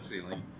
ceiling